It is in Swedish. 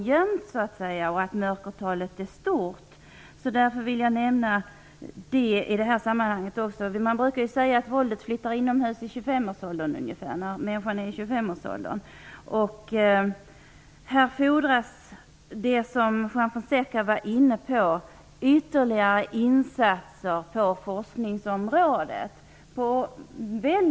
Mörkertalet är stort. Man brukar säga att våldet flyttar inomhus när människan är i 25-årsåldern. Det fordras, som Juan Fonseca var inne på, ytterligare insatser på forskningsområdet.